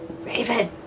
Raven